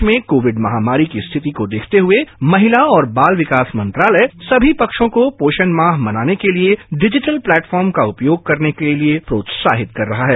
देश में कोविड महामारी की रिथति को देखते हुए महिला और बाल विकास मंत्रालय सभी पक्षों को पोषण माह मनाने के लिए डिजिटल प्लेटफार्म का उपयोग करने के लिए प्रोत्साहित कर रहा है